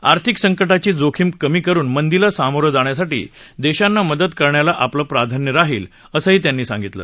आर्थिक संकटाची जोखीम कमी करुन मंदीला सामोरं जाण्यासाठी देशांना मदत करण्याला आपलं प्राधान्य राहील असं त्यांनी सांगितलं